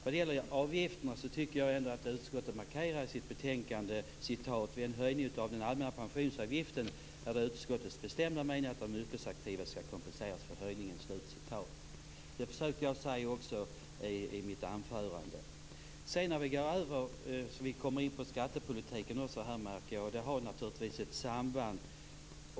Vad gäller avgifterna tycker jag ändå att utskottet markerar detta i sitt betänkande: "Vid en höjning av den allmänna pensionsavgiften är det utskottets bestämda mening att de yrkesaktiva skall kompenseras för höjningen." Detta försökte jag också säga i mitt anförande. Sedan märker jag att vi också kommer in på skattepolitiken. Det finns naturligtvis ett samband.